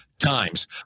times